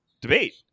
debate